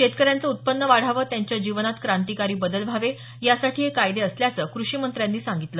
शेतकऱ्यांचं उत्पन्न वाढावं त्यांच्या जीवनात क्रांतिकारी बदल व्हावे यासाठी हे कायदे असल्याचं कृषीमंत्र्यांनी सांगितलं